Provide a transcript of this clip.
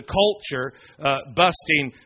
culture-busting